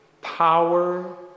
power